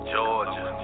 Georgia